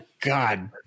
God